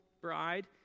bride